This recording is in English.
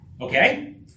Okay